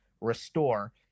restore